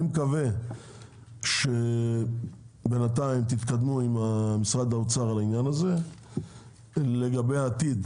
אני מקווה שבינתיים תתקדמו עם משרד האוצר על העניין הזה לגבי העתיד,